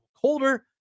colder